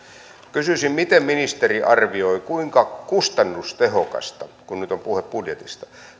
kysyisin miten ministeri arvioi kuinka kustannustehokasta kun nyt on puhe budjetista